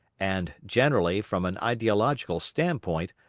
and, generally, from an ideological standpoint,